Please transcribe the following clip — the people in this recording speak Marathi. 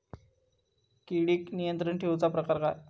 किडिक नियंत्रण ठेवुचा प्रकार काय?